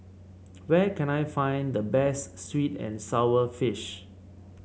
where can I find the best sweet and sour fish